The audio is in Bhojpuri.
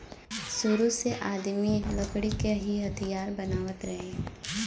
सुरु में आदमी लकड़ी के ही हथियार बनावत रहे